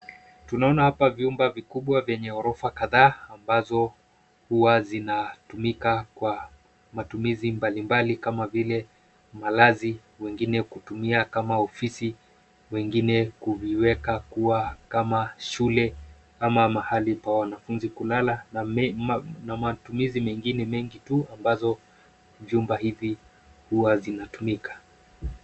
Tunaona hapa vyumba vikubwa vyenye ghorofa kadhaa ambazo huwa zinatumika kwa matumizi mbalimbali kama vile malazi, wengine hutumia kama ofisi, wengine huviweka kuwa kama shule, ama mahali kwa wanafunzi kulala, na matumizi mengine mengi tu ambazo vyumba hivi huwa zinatumika.